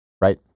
right